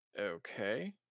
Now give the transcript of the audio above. Okay